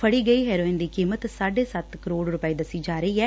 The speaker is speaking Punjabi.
ਫੜੀ ਗਈ ਹੈਰੋਇਨ ਦੀ ਕੀਮਤ ਸਾਢੇ ਸੱਤ ਕਰੋੜ ਰੁਪੈ ਦੱਸੀ ਜਾ ਰਹੀ ਐ